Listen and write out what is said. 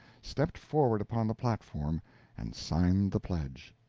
stepped forward upon the platform and signed the pledge.